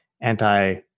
anti